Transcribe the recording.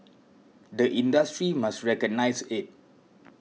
the industry must recognise it